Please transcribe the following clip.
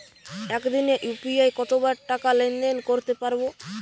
একদিনে ইউ.পি.আই কতবার টাকা লেনদেন করতে পারব?